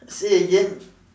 say again